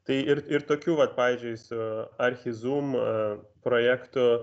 tai ir ir tokių vat pavyzdžiui su archizum projektu